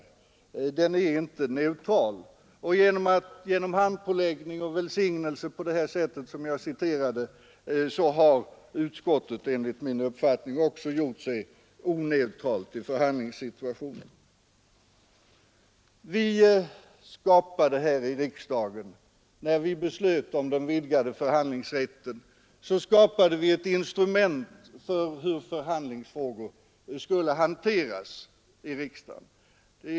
Genom handpåläggning och välsignelse på det sätt jag citerat har utskottet enligt min uppfattning också gjort sig oneutralt i förhandlingssituationen. När vi fattade beslut i riksdagen om den vidgade förhandlingsrätten skapade vi ett instrument för hur förhandlingsfrågor skulle hanteras i riksdagen.